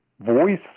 voice